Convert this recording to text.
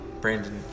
Brandon